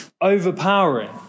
overpowering